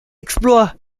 exploit